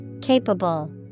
Capable